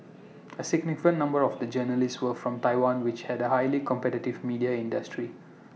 A significant number of A journalists were from Taiwan which had A highly competitive media industry